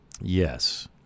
Yes